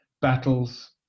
battles